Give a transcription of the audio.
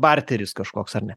barteris kažkoks ar ne